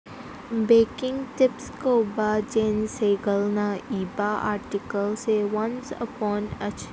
baking tips ꯀꯧꯕ ꯖꯦꯟ ꯁꯦꯒꯜꯅ ꯏꯕ ꯑꯥꯔꯇꯤꯀꯜꯁꯦ ꯋꯥꯟꯆ ꯑꯄꯣꯟ